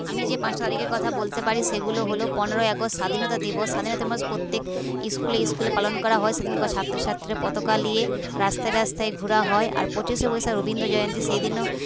আমি যে পাঁচটা তারিখের কথা বলতে পারি সেগুলো হল পনেরোই আগস্ট স্বাধীনতা দিবস স্বাধীনতা দিবস প্রত্যেক স্কুলে স্কুলে পালন করা হয় সেদিনকে ছাত্রছাত্রীরা পতাকা নিয়ে রাস্তায় রাস্তায় ঘোরা হয় আর পঁচিশে বৈশাখ রবীন্দ্র জয়ন্তী সেইদিনও